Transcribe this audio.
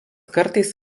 kartais